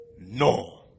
no